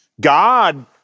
God